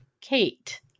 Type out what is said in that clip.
Kate